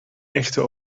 echte